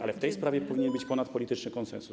Ale w tej sprawie powinien być ponadpolityczny konsensus.